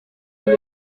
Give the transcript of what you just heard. kuri